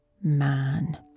man